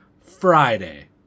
Friday